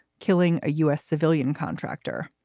killing a u s. civilian contractor.